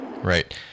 right